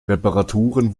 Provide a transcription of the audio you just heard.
reparaturen